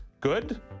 Good